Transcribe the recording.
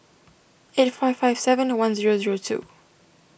eight five five seven one zero zero two